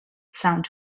sound